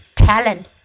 talent